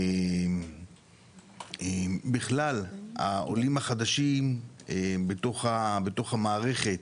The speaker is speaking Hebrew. בכלל העולים החדשים בתוך המערכת,